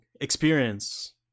experience